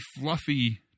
fluffy